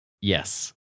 Yes